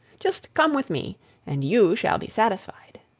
just come with me and you shall be satisfied.